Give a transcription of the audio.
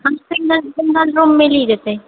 हँ single single room मिलि जेतै